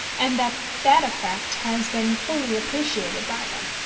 and that that effect has been fully appreciated by them.